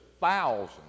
thousands